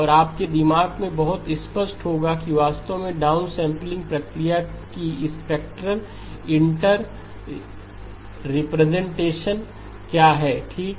और आपके दिमाग में बहुत स्पष्ट होगा कि वास्तव में डाउनसम्पलिंग प्रक्रिया की स्पेक्टरल इंटरप्रिटेशन क्या है ठीक